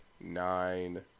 nine